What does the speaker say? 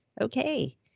Okay